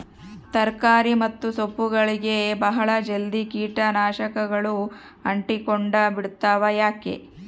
ತರಕಾರಿ ಮತ್ತು ಸೊಪ್ಪುಗಳಗೆ ಬಹಳ ಜಲ್ದಿ ಕೇಟ ನಾಶಕಗಳು ಅಂಟಿಕೊಂಡ ಬಿಡ್ತವಾ ಯಾಕೆ?